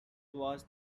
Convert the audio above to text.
was